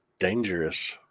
dangerous